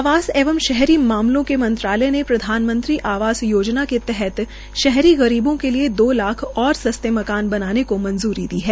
आवास एवं शहरी विकास मामलों के मंत्रालय ने प्रधानमंत्री आवास योजना के तहत शहरी गरीबों के लिए दो लाख और सस्ते मकान बनाने को मंजूरी दी है